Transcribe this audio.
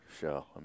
show